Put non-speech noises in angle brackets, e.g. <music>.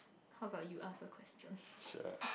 how about you ask a question <breath>